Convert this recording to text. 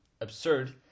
absurd